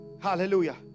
Hallelujah